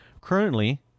currently